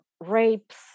rapes